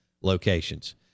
locations